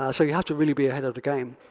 ah so you have to really be ahead of the game.